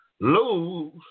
Lose